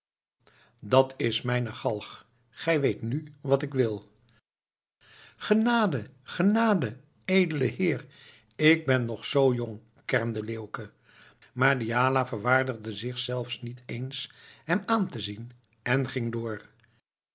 dat is mijne galg gij weet nu wat ik wil genade genade edele heer ik ben nog zoo jong kermde leeuwke maar diala verwaardigde zich zelfs niet eens hem aan te zien en ging door